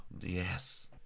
yes